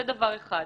זה דבר אחד.